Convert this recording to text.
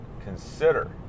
consider